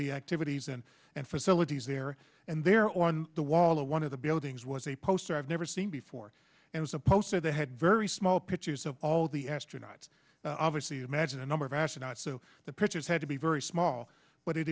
the activities and and facilities there and there on the wall of one of the buildings was a poster i've never seen before and was a poster they had very small pictures of all the astronauts obviously imagine the number of astronaut so the pictures had to be very small but it